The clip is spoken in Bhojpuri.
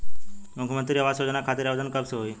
मुख्यमंत्री आवास योजना खातिर आवेदन कब से होई?